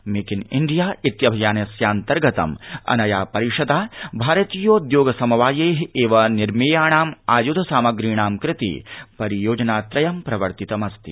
मेक ति तिंडया त्विभियानस्यान्तर्गतम् अनया परिषदा भारतीयोद्योग समवायााएव निर्मेयाणाम् आयुध सामग्रीणां कृते परियोजना त्रयं प्रवर्तितमस्ति